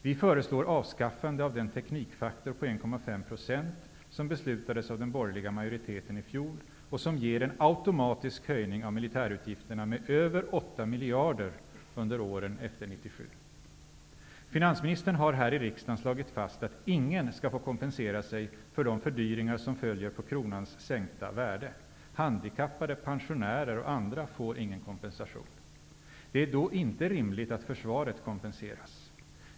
Vi föreslår avskaffande av den teknikfaktor på 1,5 % som beslutades av den borgerliga majoriteten i fjol och som ger en automatisk ökning av militärutgifterna med över 8 miljarder under åren efter 1997. Finansministern har här i riksdagen slagit fast att ingen ska få kompensera sig för de fördyringar som följer på kronans sänkta värde. Handikappade, pensionärer och andra får ingen kompensation. Det är då inte rimligt att försvaret kompenseras.